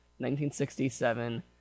1967